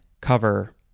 cover